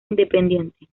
independiente